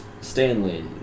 Stanley